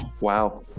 Wow